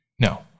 No